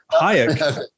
Hayek